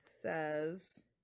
says